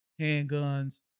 handguns